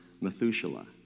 Methuselah